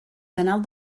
canal